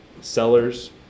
Sellers